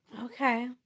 Okay